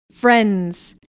Friends